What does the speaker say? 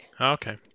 Okay